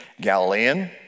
Galilean